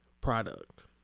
product